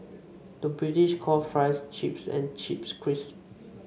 the British calls fries chips and chips crisps